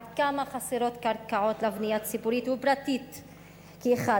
עד כמה חסרות קרקעות לבנייה ציבורית ופרטית כאחד,